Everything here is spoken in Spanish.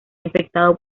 infectado